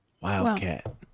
Wildcat